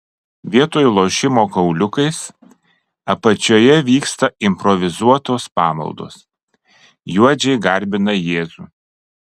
vietoj lošimo kauliukais apačioje vyksta improvizuotos pamaldos juodžiai garbina jėzų